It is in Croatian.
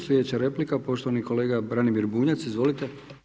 Slijedeća replika, poštovani kolega Branimir Bunjac, izvolite.